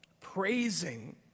praising